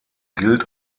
gilt